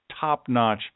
top-notch